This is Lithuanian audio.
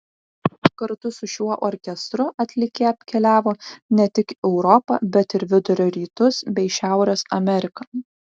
kartu su šiuo orkestru atlikėja apkeliavo ne tik europą bet ir vidurio rytus bei šiaurės ameriką